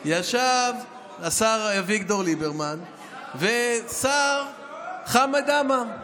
ישב השר אביגדור ליברמן ושר חמד עמאר.